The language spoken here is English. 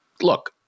look